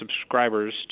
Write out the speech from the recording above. subscribers